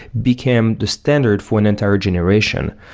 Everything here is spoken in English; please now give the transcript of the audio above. became the standard for an entire generation.